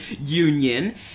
Union